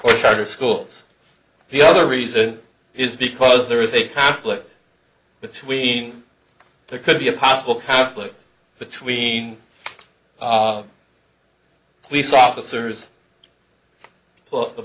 or charter schools the other reason is because there is a conflict between there could be a possible conflict between police officers pull the